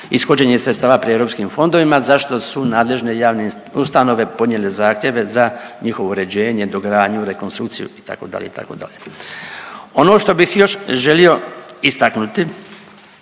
ishođenje sredstava pri europskim fondovima zašto su nadležne javne ustanove podnijele zahtjeve za njihovo uređenje, dogradnju, rekonstrukciju itd., itd.. Ono što bih još želio istaknuti,